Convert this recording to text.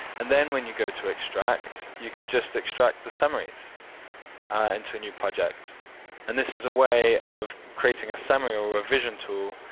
and then when you go to extract, you can just extract the summaries and into a new project and this is a way of creating a summary or revision tool